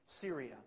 Syria